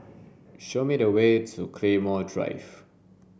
show me the way to Claymore Drive